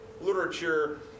literature